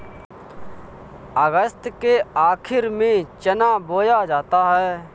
अगस्त के आखिर में चना बोया जाता है